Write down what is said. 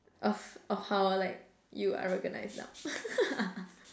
of of how like you are recognised now